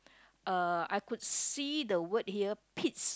uh I could see the word here Pete's